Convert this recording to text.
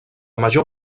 major